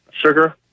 Sugar